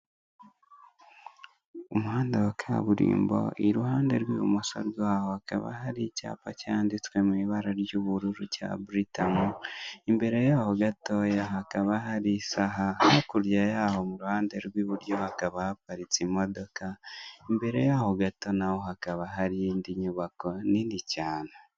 Iyi n'ipoto iriho insinga nyinshi z'amashanyarazi, zijyana umuriro mu ngo z'abaturage, ndetse no mu yandi mazu akorerwamo ibindi bikorwa. Ari kimwe mu bigaragaza iterambere ry'igihugu, kandi bigafasha abakora akazi ka buri munsi kugakora neza batuje, ndetse n'uko haba habona.